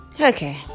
okay